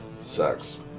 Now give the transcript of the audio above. Sucks